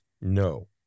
No